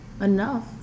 enough